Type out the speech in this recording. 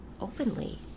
openly